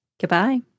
Goodbye